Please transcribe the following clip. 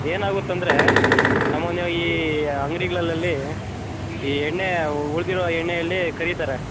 ಅದೇನು ಆಗುತ್ತಂದ್ರೆ ಸಾಮಾನ್ಯವಾಗಿ ಈ ಅಂಗಡಿಗಳಲಲ್ಲಿ ಈ ಎಣ್ಣೆ ಉಳಿದಿರೋ ಎಣ್ಣೆಯಲ್ಲಿ ಕರಿತಾರೆ